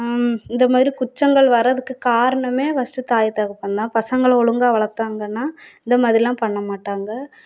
இந்த மாதிரி குற்றங்கள் வர்கிறதுக்கு காரணமே ஃபஸ்ட்டு தாய் தகப்பன் தான் பசங்களை ஒழுங்கா வளர்த்தாங்கன்னா இந்த மாதிரியெலாம் பண்ண மாட்டாங்க